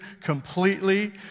completely